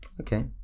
Okay